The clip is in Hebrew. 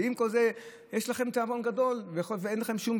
ועם כל זה יש לכם תיאבון גדול ואין לכם שום